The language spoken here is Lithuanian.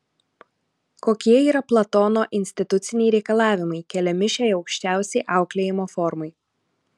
kokie yra platono instituciniai reikalavimai keliami šiai aukščiausiai auklėjimo formai